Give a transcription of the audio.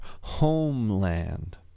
homeland